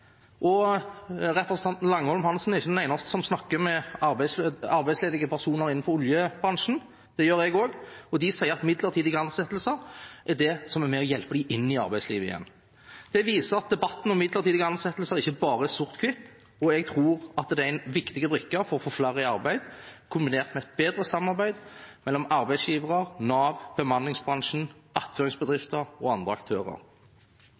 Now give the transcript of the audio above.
næringsdrivende. Representanten Langholm Hansen er ikke den eneste som snakker med arbeidsledige personer innenfor oljebransjen. Det gjør jeg også, og de sier at midlertidige ansettelser er det som er med på å hjelpe dem inn i arbeidslivet igjen. Det viser at debatten om midlertidige ansettelser ikke bare er sort-hvitt. Jeg tror det er en viktig brikke for å få flere i arbeid, kombinert med et bedre samarbeid mellom arbeidsgivere, Nav, bemanningsbransjen, attføringsbedrifter og andre aktører.